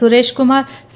Suresh Kumar C